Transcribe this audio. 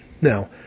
Now